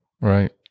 Right